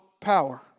power